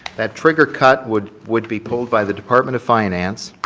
that trigger cut would would be pulled by the department of finance,